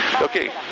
Okay